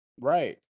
Right